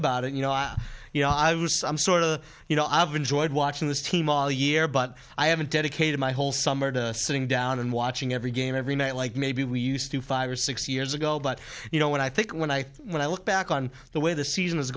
about it you know i you know i was some sort of you know i've enjoyed watching this team all year but i haven't dedicated my whole summer to sitting down and watching every game every night like maybe we used to five or six years ago but you know when i think when i when i look back on the way the season has